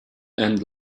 and